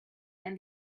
and